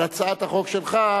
על הצעת החוק שלך.